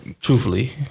Truthfully